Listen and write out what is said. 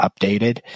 updated